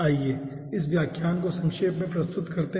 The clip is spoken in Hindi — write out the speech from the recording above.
आइए इस व्याख्यान को संक्षेप में प्रस्तुत करते हैं